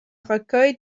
recueil